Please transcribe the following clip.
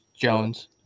Jones